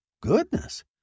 Goodness